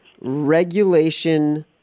regulation